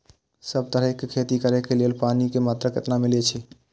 सब तरहक के खेती करे के लेल पानी के मात्रा कितना मिली अछि?